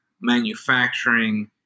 manufacturing